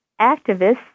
activists